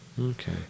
Okay